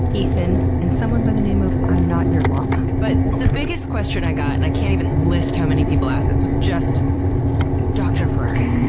ethan, and someone by the name of i'm not your llama but the biggest question i got, and i can't even list how many people asked this, was just dr. ferrari,